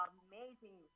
amazing